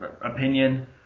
opinion